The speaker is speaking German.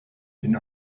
den